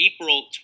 April